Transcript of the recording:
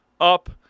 up